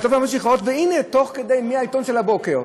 הנה, מהעיתון של הבוקר,